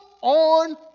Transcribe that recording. on